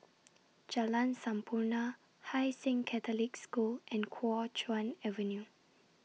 Jalan Sampurna Hai Sing Catholic School and Kuo Chuan Avenue